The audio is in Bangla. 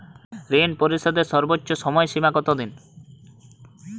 ঋণ পরিশোধের সর্বোচ্চ সময় সীমা কত দিন?